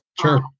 Sure